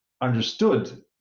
understood